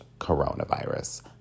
coronavirus